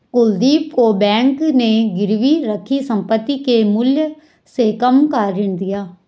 कुलदीप को बैंक ने गिरवी रखी संपत्ति के मूल्य से कम का ऋण दिया